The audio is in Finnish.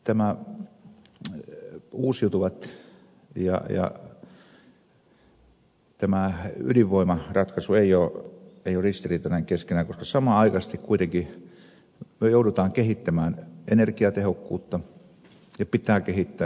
minä näen jotta tämä uusiutuvat ja tämä ydinvoimaratkaisu eivät ole ristiriitaisia keskenään koska samanaikaisesti kuitenkin me joudumme kehittämään energiatehokkuutta ja meidän pitää kehittää sitä